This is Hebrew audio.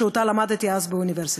שאותה למדתי אז באוניברסיטה.